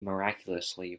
miraculously